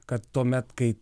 kad tuomet kai